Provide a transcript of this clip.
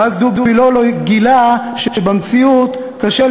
ואז "דובי לא לא" גילה שבמציאות קשה